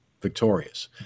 victorious